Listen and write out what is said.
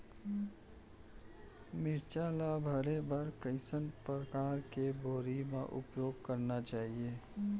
मिरचा ला भरे बर कइसना परकार के बोरी के उपयोग करना चाही?